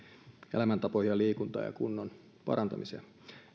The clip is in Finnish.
elämäntapoihin ja liikuntaan ja kunnon parantamiseen